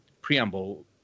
preamble